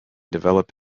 develop